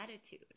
attitude